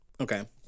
Okay